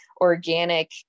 organic